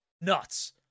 nuts